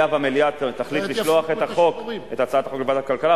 היה והמליאה תחליט להעביר את הצעת החוק לוועדת הכלכלה,